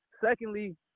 secondly